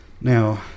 now